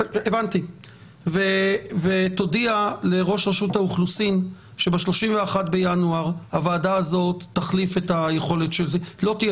תודיע לראש רשות האוכלוסין שב-31.01 לא תהיה